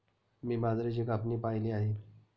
मी बाजरीची कापणी पाहिली आहे